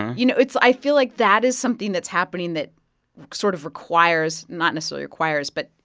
you know, it's i feel like that is something that's happening that sort of requires not necessarily requires but,